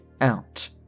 out